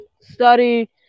study